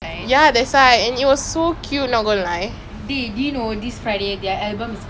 ya they say and it was so queue longer leh the dino this friday their albums